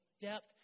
depth